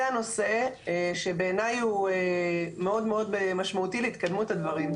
זה הנושא שבעיניי הוא מאוד מאוד משמעותי להתקדמות הדברים.